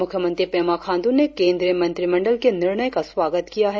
मुख्यमंत्री पेमा खांडू ने केंद्रीय मंत्रिमंडल के निणर्य का स्वागत किया है